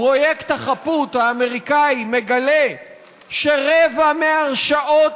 פרויקט החפות האמריקני מגלה שרבע מהרשעות